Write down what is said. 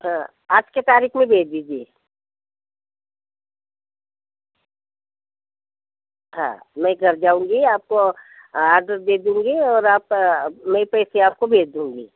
हाँ आज के तारीख में भेज दीजिए हाा मैं घर जाऊँगी आपको आर्डर दे दूँगी और आप मैं पैसे आपको भेज दूँगी